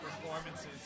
performances